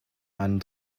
einen